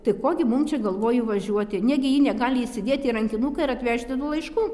tai ko gi mum čia galvoju važiuoti negi ji negali įsidėti į rankinuką ir atvežti tų laiškų